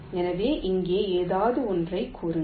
எனவே இங்கே ஏதாவது ஒன்றைக் கூறுங்கள்